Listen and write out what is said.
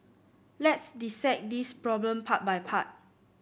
let's dissect this problem part by part